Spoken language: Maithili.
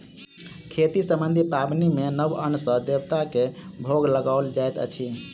खेती सम्बन्धी पाबनि मे नव अन्न सॅ देवता के भोग लगाओल जाइत अछि